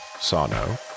Sano